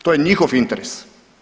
To je njihov interes.